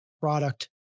product